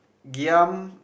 giam